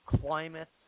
climate